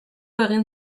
egin